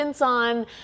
on